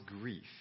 grief